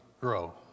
grow